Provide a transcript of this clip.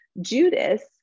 judas